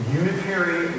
unitary